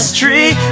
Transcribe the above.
tree